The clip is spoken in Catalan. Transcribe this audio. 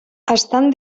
estan